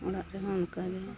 ᱚᱲᱟᱜ ᱨᱮᱦᱚᱸ ᱚᱱᱠᱟᱜᱮ